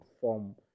form